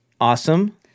Awesome